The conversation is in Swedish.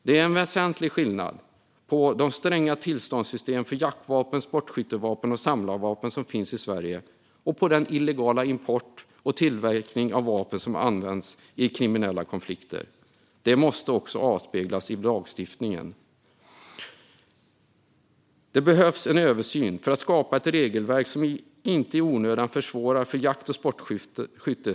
Det är en väsentlig skillnad mellan de stränga tillståndssystem för jaktvapen, sportskyttevapen och samlarvapen som finns i Sverige och den illegala import och tillverkning av vapen som används i kriminella konflikter. Det måste också avspeglas i lagstiftningen. Det behövs en översyn för att skapa ett regelverk som inte i onödan försvårar för jakt och sportskytte.